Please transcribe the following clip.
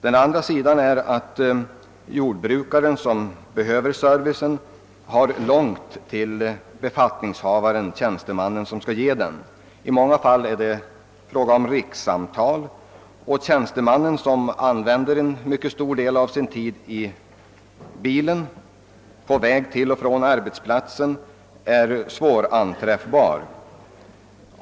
Den andra sidan är att jordbrukaren, som behöver servicen, har långt till befattningshavaren-tjänstemannen som skall ge den. I många fall blir det fråga om rikssamtal, och tjänstemannen, som använder en mycket stor del av sin tid i bilen på väg till och från arbetsplatsen, är svåranträffbar.